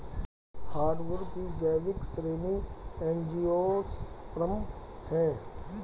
hardwood की जैविक श्रेणी एंजियोस्पर्म है